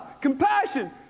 compassion